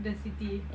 the city